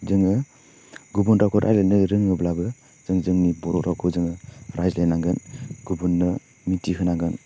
जोङो गुबुन रावखौ रायलायनो रोङोब्लाबो जों जोंनि बर' रावखौ जोङो रायज्लायनांगोन गुबुननो मिथिहोनांगोन